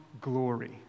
glory